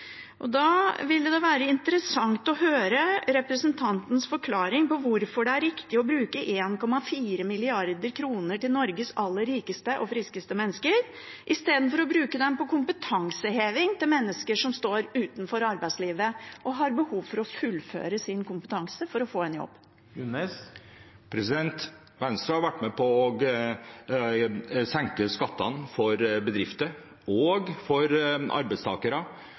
Da ville det være interessant å høre representantens forklaring på hvorfor det er riktig å bruke 1,4 mrd. kr til Norges aller rikeste og friskeste mennesker istedenfor å bruke dem på kompetanseheving for mennesker som står utenfor arbeidslivet og har behov for å fullføre sin kompetanse for å få en jobb. Venstre har vært med på å senke skattene for bedrifter og for arbeidstakere.